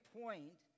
point